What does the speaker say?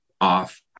off